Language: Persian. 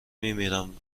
میمیرم